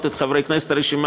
אומר.